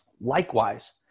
Likewise